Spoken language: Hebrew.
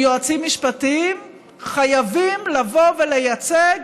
יועצים משפטיים חייבים לבוא ולייצג